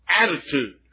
attitude